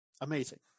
amazing